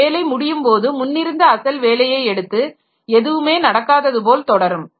அந்த வேலை முடியும் போது முன்னிருந்த அசல் வேலையை எடுத்து எதுவுமே நடக்காதது போல் தொடரும்